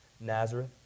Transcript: Nazareth